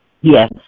Yes